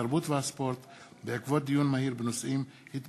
התרבות והספורט בעקבות דיון מהיר בהצעה של חברי